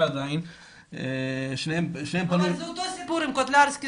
עדיין --- אבל זה אותו סיפור עם קוטלנסקי.